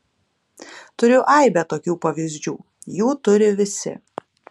turiu aibę tokių pavyzdžių jų turi visi